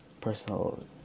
personal